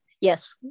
Yes